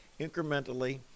incrementally